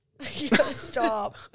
stop